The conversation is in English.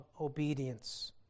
obedience